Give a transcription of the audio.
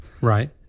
Right